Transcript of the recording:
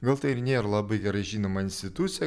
gal tai ir nėr labai gerai žinoma institucija